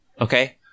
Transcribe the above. Okay